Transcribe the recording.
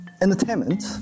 entertainment